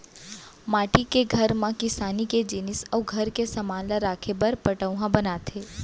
माटी के घर म किसानी के जिनिस अउ घर के समान ल राखे बर पटउहॉं बनाथे